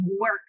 work